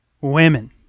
women